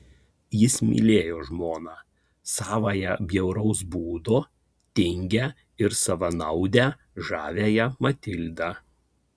jis mylėjo žmoną savąją bjauraus būdo tingią ir savanaudę žaviąją matildą